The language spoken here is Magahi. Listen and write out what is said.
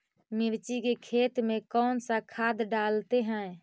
मिर्ची के खेत में कौन सा खाद डालते हैं?